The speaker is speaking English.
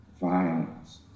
Violence